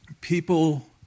people